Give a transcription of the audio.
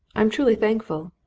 i'm truly thankful.